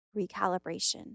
recalibration